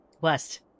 West